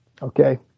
Okay